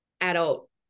adult